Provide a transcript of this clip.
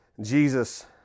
Jesus